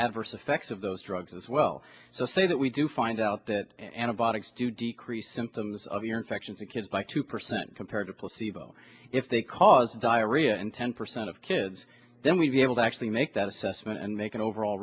adverse effects of those drugs as well so say that we do find out that antibiotics do decrease symptoms of your infection to kids by two percent compared to placebo if they cause diarrhea and ten percent of kids then we'd be able to actually make that assessment and make an overall